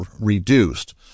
reduced